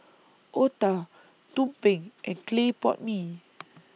Otah Tumpeng and Clay Pot Mee